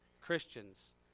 Christians